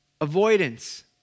Avoidance